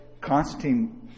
Constantine